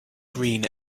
green